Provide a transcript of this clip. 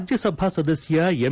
ರಾಜ್ಞಸಭಾ ಸದಸ್ದ ಎಂ